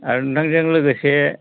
आरो नोंथांजों लोगोसे